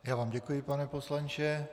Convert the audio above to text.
Já vám děkuji, pane poslanče.